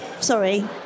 sorry